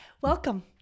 welcome